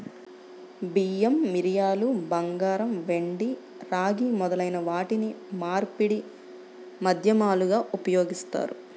బియ్యం, మిరియాలు, బంగారం, వెండి, రాగి మొదలైన వాటిని మార్పిడి మాధ్యమాలుగా ఉపయోగిస్తారు